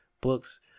books